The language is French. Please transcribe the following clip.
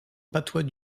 patois